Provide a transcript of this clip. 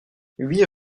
huit